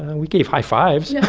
we gave high-fives yeah